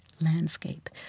landscape